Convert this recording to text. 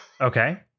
Okay